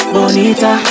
Bonita